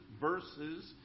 verses